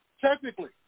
technically